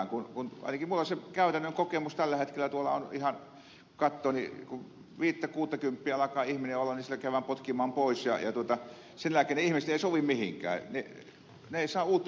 ainakin minulla on se käytännön kokemus tällä hetkellä tuolla että kun katsoo niin kun viittäkuuttakymppiä alkaa ihminen olla niin siellä käydään potkimaan pois ja sen jälkeen ne ihmiset eivät sovi mihinkään he eivät saa uutta työsuhdetta mistään